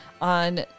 on